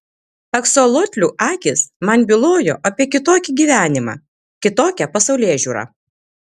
aksolotlių akys man bylojo apie kitokį gyvenimą kitokią pasaulėžiūrą